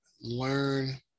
Learn